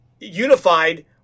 unified